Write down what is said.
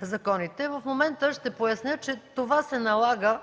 законите. В момента ще поясня, че това се налага